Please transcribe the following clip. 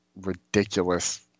ridiculous